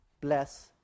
bless